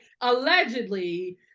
Allegedly